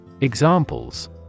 Examples